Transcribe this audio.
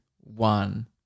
one